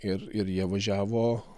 ir ir jie važiavo